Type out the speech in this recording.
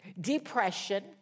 depression